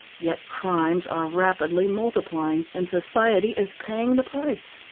yet crimes are rapidly multiplying, and society is paying the price.